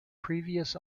previous